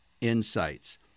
insights